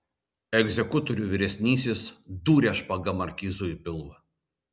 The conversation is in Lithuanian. egzekutorių vyresnysis dūrė špaga markizui į pilvą